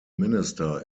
minister